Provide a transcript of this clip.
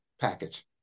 package